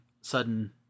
sudden